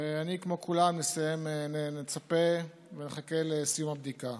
אני, כמו כולם, מצפה ומחכה לסיום הבדיקה.